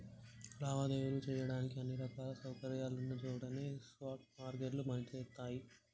లావాదేవీలు చెయ్యడానికి అన్ని రకాల సౌకర్యాలున్న చోటనే స్పాట్ మార్కెట్లు పనిచేత్తయ్యి